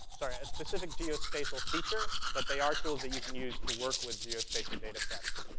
sorry, a specific geospatial feature but they are tools that you can use to work with geospatial data sets,